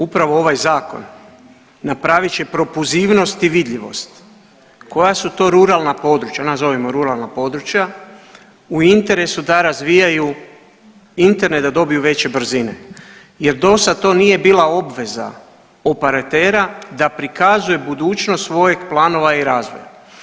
Upravo ovaj zakon napravit će propulzivnost i vidljivost koja su to ruralna područja, nazovimo ruralna područja, u interesu da razvijaju internet da dobiju veće brzine jer dosad to nije bila obveza operatera da prikazuje budućnost svojeg planova i razvoja.